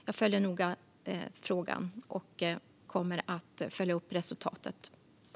Jag följer noga frågan och kommer att följa upp resultatet.